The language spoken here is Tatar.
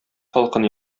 халкын